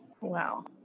wow